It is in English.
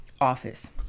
office